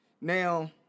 Now